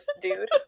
dude